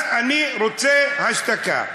אז אני רוצה השתקה.